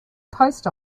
post